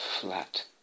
flat